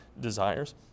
desires